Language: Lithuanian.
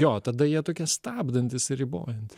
jo tada jie tokie stabdantys ir ribojantys